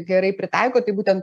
gerai pritaiko tai būtent